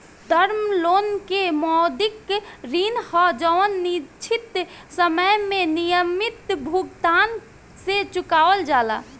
term loan के मौद्रिक ऋण ह जवन निश्चित समय में नियमित भुगतान से चुकावल जाला